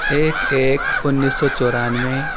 ایک ایک انیس سو چورانویں